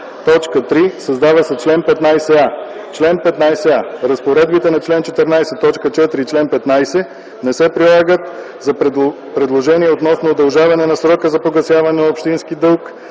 чл. 15а: „Чл. 15а. Разпоредбите на чл. 14, т. 4 и чл. 15 не се прилагат за предложения относно удължаване на срока за погасяване на общински дълг,